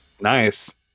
Nice